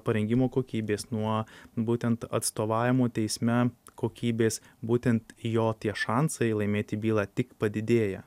parengimo kokybės nuo būtent atstovavimo teisme kokybės būtent jo tie šansai laimėti bylą tik padidėja